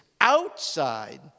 outside